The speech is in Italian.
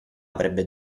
avrebbe